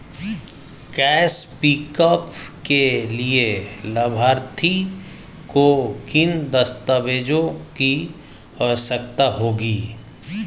Cash pickup के लिए लाभार्थी को किन दस्तावेजों की आवश्यकता होगी?